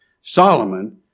Solomon